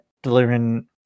Delivering